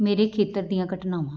ਮੇਰੇ ਖੇਤਰ ਦੀਆਂ ਘਟਨਾਵਾਂ